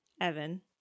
Evan